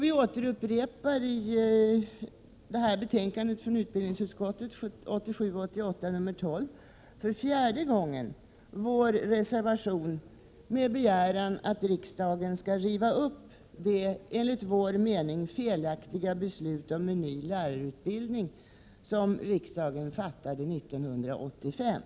I utbildningsutskottets betänkande 1987/88:12 upprepar vi för fjärde gången i en reservation vår begäran om att riksdagen skall riva upp det enligt vår mening felaktiga beslut om en ny lärarutbildning som riksdagen fattade 1985.